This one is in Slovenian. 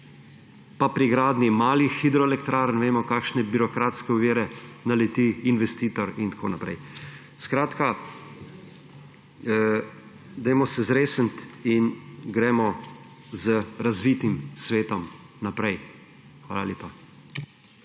pa pri gradnji malih hidroelektrarn vemo, na kakšne birokratske ovire naleti investitor in tako naprej. Skratka, zresnimo se in gremo z razvitim svetom naprej. Hvala lepa.